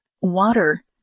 Water